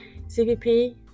cvp